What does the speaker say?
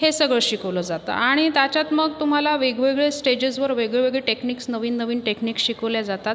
हे सगळं शिकवलं जातं आणि त्याच्यात मग तुम्हाला वेगवेगळे स्टेजेसवर वेगळेवेगळे टेक्निक्स नवीन नवीन टेक्निक्स शिकवल्या जातात